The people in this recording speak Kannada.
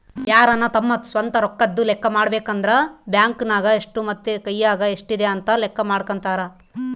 ಯಾರನ ತಮ್ಮ ಸ್ವಂತ ರೊಕ್ಕದ್ದು ಲೆಕ್ಕ ಮಾಡಬೇಕಂದ್ರ ಬ್ಯಾಂಕ್ ನಗ ಎಷ್ಟು ಮತ್ತೆ ಕೈಯಗ ಎಷ್ಟಿದೆ ಅಂತ ಲೆಕ್ಕ ಮಾಡಕಂತರಾ